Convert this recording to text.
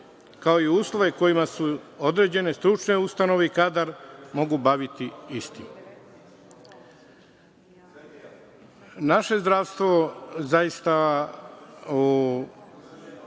kao i uslove kojima su određene stručne ustanove i kadar mogu baviti istim. Naše zdravstvo zaista u